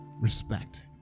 respect